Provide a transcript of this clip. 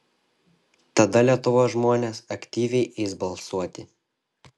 tada lietuvos žmonės aktyviai eis balsuoti